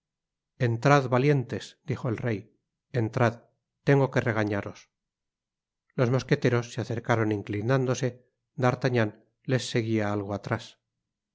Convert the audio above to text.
entrad valientes dijo el rey entrad tengo que regañaros los mosqueteros se acercaron inclinándose d'artagnan les seguia algo atrás es